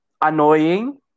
annoying